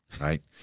right